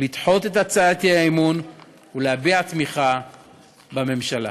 לדחות את הצעת האי-אמון ולהביע תמיכה בממשלה.